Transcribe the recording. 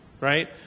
right